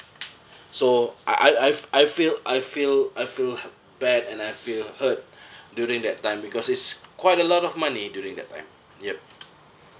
so I I I've I feel I feel I feel ugh bad and I feel hurt during that time because it's quite a lot of money during that time yup